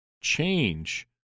change